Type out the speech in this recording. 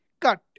cut